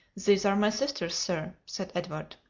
these are my sisters, sir, said edward.